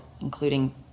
including